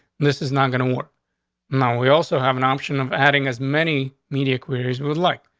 this is not gonna work now. we also have an option of adding as many media queries would like.